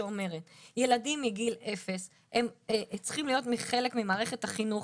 שאומרת ילדים מגיל 0 הם צריכים להיות חלק ממערכת החינוך,